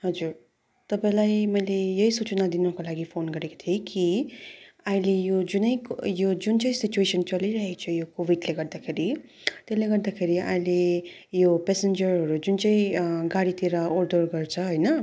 हजुर तपाईँलाई मैले यही सूचना दिनको लागि फोन गरेको थिएँ कि अहिले यो जुनै यो जुनचाहिँ सिचुएसनको चलिरहेको छ यो कोभिडले गर्दाखेरि त्यसले गर्दाखेरि अहिले यो पेसन्जरहरू जुन चाहिँ गाडीहरू ओहोर दोहोर गर्छ होइन